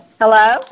Hello